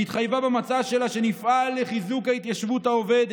היא התחייבה במצע שלה: נפעל לחיזוק ההתיישבות העובדת,